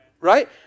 right